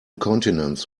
continents